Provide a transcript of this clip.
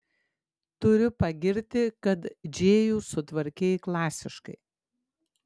turiu pagirti kad džėjų sutvarkei klasiškai